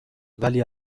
ولی